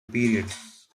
periods